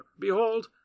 Behold